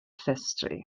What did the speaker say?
llestri